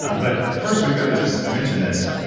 but first, we've got to just mention this.